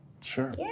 Sure